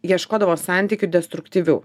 ieškodavo santykių destruktyvių